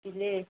मुस्किलले